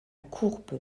courbe